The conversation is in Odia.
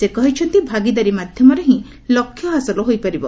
ସେ କହିଛନ୍ତି ଭାଗିଦାରୀ ମାଧ୍ୟମରେ ହିଁ ଲକ୍ଷ ହାସଲ ହୋଇପାରିବ